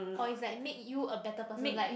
or is like make you a better person like